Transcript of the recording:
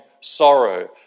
sorrow